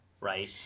right